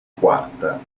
quarta